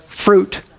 fruit